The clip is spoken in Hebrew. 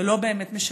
זה לא באמת משנה.